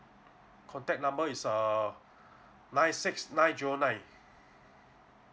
contact number is err nine six nine zero nine